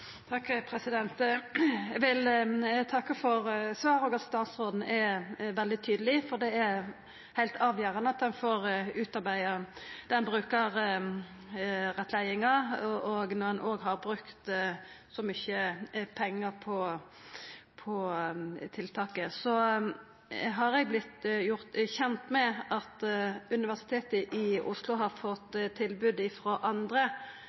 Eg vil takka for svaret, og for at statsråden er veldig tydeleg, for det er heilt avgjerande at ein får utarbeidd den brukarrettleiinga, òg når ein har brukt så mykje pengar på tiltaket. Så har eg vorte gjort kjend med at Universitetet i Oslo har fått tilbod frå andre